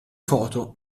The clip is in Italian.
foto